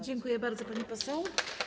Dziękuję bardzo, pani poseł.